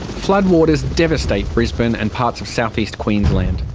flood waters devastated brisbane and parts of south-east queensland.